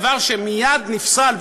דבר שמייד נפסל,